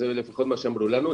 זה לפחות מה שהם אמרו לנו,